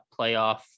playoff